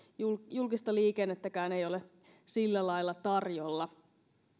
julkista liikennettäkään ei ole sillä lailla tarjolla